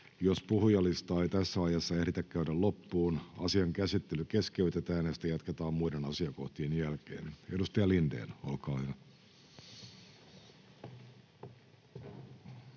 Jos puhujalistaa ei tässä ajassa ehditä käydä loppuun, asian käsittely keskeytetään ja sitä jatketaan muiden asiakohtien jälkeen. — Edustaja Lindén, olkaa hyvä.